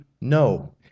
no